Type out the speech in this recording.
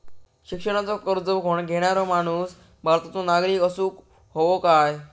शिक्षणाचो कर्ज घेणारो माणूस भारताचो नागरिक असूक हवो काय?